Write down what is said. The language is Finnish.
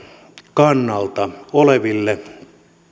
kannalta oleville